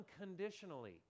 unconditionally